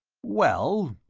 well,